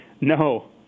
No